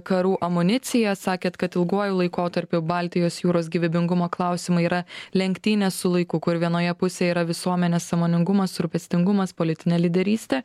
karų amunicija sakėt kad ilguoju laikotarpiu baltijos jūros gyvybingumo klausimai yra lenktynės su laiku kur vienoje pusėje yra visuomenės sąmoningumas rūpestingumas politinė lyderystė